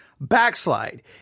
Backslide